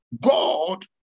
God